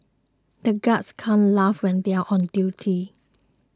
the guards can't laugh when they are on duty